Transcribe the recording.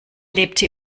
lebte